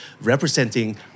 representing